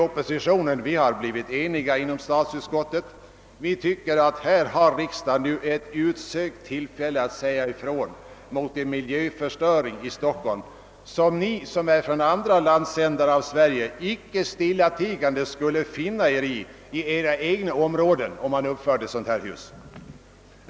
Oppositionens representanter i statsutskottet har blivit eniga; vi tycker att riksdagen här har ett utsökt tillfälle att säga ifrån mot en miljöförstöring i Stockholm som ni, som är från andra landsändar i Sverige, inte stillatigande skulle finna er i inom era egna områden.